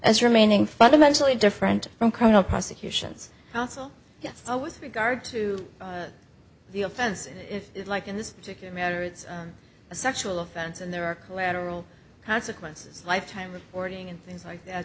as remaining fundamentally different from criminal prosecutions counsel yes with regard to the offense if you like in this particular matter it's a sexual offense and there are collateral consequences lifetime reporting and things like that